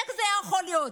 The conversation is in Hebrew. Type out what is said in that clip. איך זה יכול להיות?